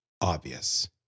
obvious